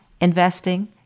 investing